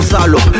salope